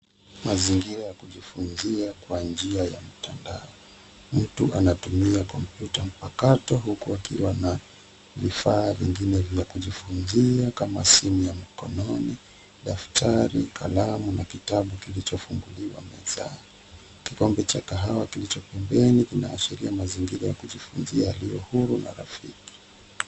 Mazingira ya kujifunzia kwa njia ya mtandao. Mtu anatumia kompyuta mpakato, huku akiwa na vifaa vingine vya kujifunzia kama simu ya mkononi, daftari, kalamu na kitabu kilichofunguliwa mezani. Kikombe cha kahawa kilicho pembeni kinaashiria mazingira ya kujifunzia yaliyo huru na rafiki.